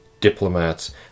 Diplomats